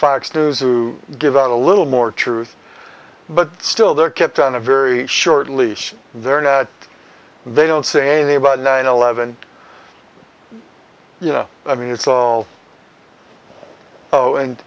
fox news who give out a little more truth but still they're kept on a very short leash there now they don't say that about nine eleven you know i mean it's all oh and